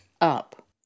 up